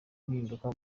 impinduka